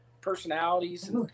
personalities